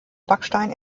backstein